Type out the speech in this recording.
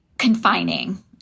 confining